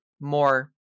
more